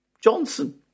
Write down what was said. Johnson